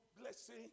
blessing